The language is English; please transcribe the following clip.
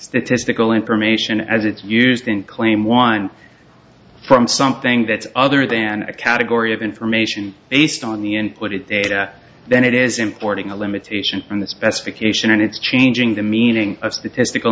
statistical information as it's used in claim one from something that's other than a category of information based on the input it data then it is importing a limitation on the specifications and it's changing the meaning of statistical